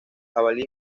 jabalí